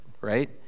right